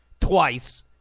twice